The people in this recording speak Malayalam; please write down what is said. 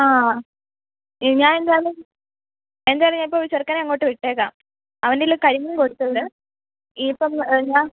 ആ ഞാൻ എന്തായാലും എന്തായാലും ഞാൻ ഇപ്പോൾ ഒരു ചെറുക്കനെ അങ്ങോട്ട് വിട്ടേക്കാം അവൻറെ കയ്യിൽ കരിമീൻ കൊടുത്ത് വിട് ഇപ്പം ഞാൻ